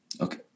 Okay